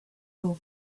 your